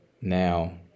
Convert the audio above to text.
now